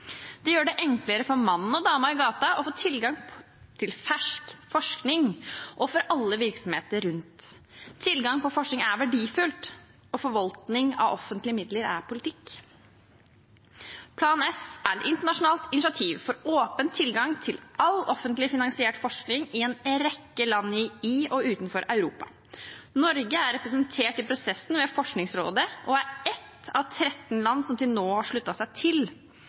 Det gjør det enklere for mannen og dama i gaten og for virksomheter å få tilgang til fersk forskning. Tilgang til forskning er verdifullt, og forvaltning av offentlige midler er politikk. Plan S er et internasjonalt initiativ for åpen tilgang til all offentlig finansiert forskning i en rekke land i og utenfor Europa. Norge er representert i prosessen ved Forskningsrådet og er ett av tretten land som til nå har sluttet seg til.